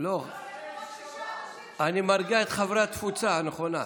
אני מרגיע את חברי התפוצה הנכונה.